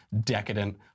decadent